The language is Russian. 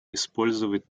использовать